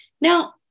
Now